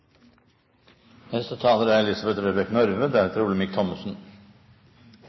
Neste taler er Thomas Breen, deretter Olemic Thommessen.